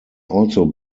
also